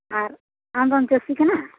ᱟᱨ ᱟᱢᱫᱚᱢ ᱪᱟᱹᱥᱤ ᱠᱟᱱᱟ